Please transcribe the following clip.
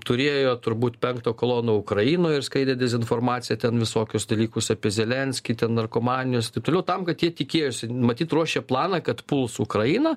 turėjo turbūt penktą koloną ukrainoj ir skleidė dezinformaciją ten visokius dalykus apie zelenskį ten narkomanijos tiksliau tam kad jie tikėjosi matyt ruošė planą kad puls ukrainą